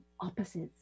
opposites